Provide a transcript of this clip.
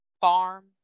farm